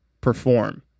perform